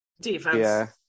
Defense